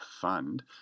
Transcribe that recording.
Fund